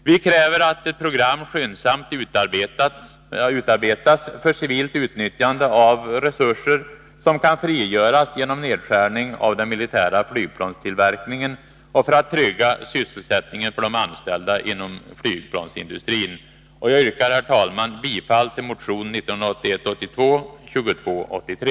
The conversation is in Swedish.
Vi kräver att ett program skyndsamt utarbetas för civilt utnyttjande av resurser som kan frigöras genom nedskärning av den militära flygplanstillverkningen och för att trygga sysselsättningen för de anställda inom flygplansindustrin. Jag yrkar, herr talman, bifall till motion 1981/82:2283.